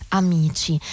amici